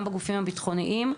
גם בגופים הביטחוניים,